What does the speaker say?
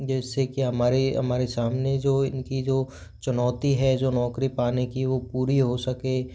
जिससे कि हमारे हमारे सामने जो इनकी जो चुनौती है जो नौकरी पाने की वह पूरी हो सके